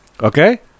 Okay